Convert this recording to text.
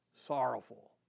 sorrowful